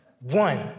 One